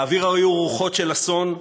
באוויר היו רוחות של אסון,